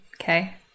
Okay